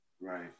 Right